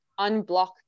unblock